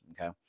Okay